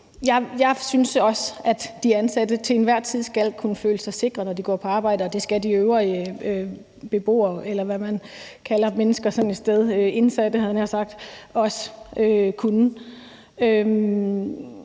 Jeg synes også, at de ansatte til enhver tid skal kunne føle sig sikre, når de går på arbejde, og det skal de øvrige beboere – eller hvad man kalder mennesker, der er sådan et sted – også kunne.